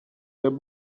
der